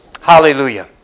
Hallelujah